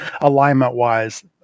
alignment-wise